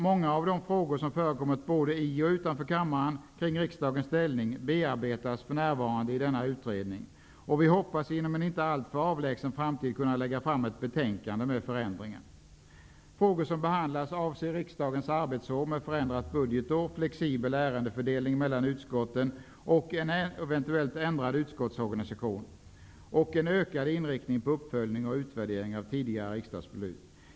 Många av de frågor som diskuterats både i och utanför kammaren om riksdagens ställning bearbetas för närvarande i denna utredning, och vi hoppas att inom en inte alltför avlägsen framtid kunna lägga fram ett betänkande med förslag till förändringar. Frågor som behandlas avser riksdagens arbetsår med förändrat budgetår, flexibel ärendefördelning mellan utskotten, en eventuellt ändrad utskottsorganisation och ökad inriktning på uppföljning och utvärdering av tidigare riksdagsbeslut.